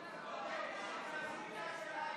נתקבלה.